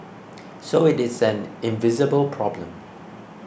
so it is an invisible problem